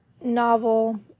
novel